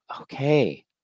okay